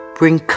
bring